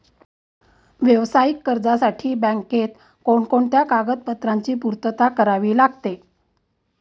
व्यावसायिक कर्जासाठी बँकेत कोणकोणत्या कागदपत्रांची पूर्तता करावी लागते?